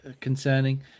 concerning